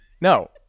No